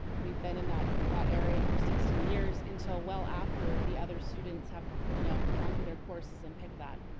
we've been in that that area for sixteen years until well after the other students have, you know, gone through their courses and picked that.